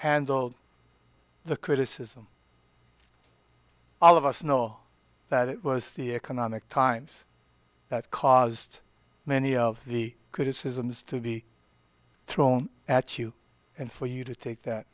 handled the criticism all of us know that it was the economic times that caused many of the criticisms to be thrown at you and for you to take that